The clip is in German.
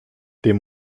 dem